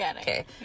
okay